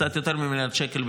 קצת יותר ממיליארד שקל,